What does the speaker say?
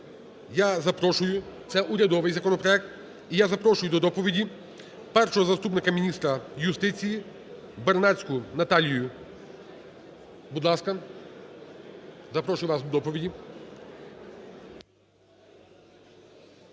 я запрошую. Це урядовий законопроект. І я запрошую до доповіді першого заступника міністра юстиції Бернацьку Наталію. Будь ласка, запрошую вас до доповіді.